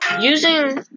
Using